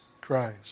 Christ